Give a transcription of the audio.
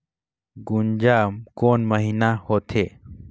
गुनजा कोन महीना होथे?